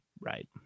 Right